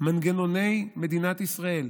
מנגנוני מדינת ישראל,